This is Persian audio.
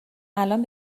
الان